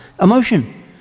emotion